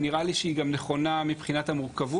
נראה לי שהיא נכונה גם מבחינת המורכבות,